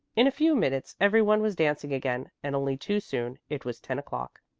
in a few minutes every one was dancing again, and only too soon it was ten o'clock.